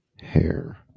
hair